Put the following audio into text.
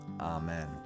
Amen